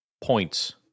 points